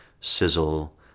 sizzle